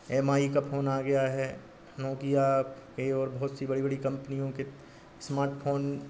M I का phone आ गया है नोकिया यह और बहुत सी बड़ी बड़ी कंपनियों के स्मार्टफोन